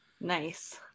Nice